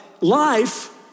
life